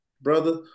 brother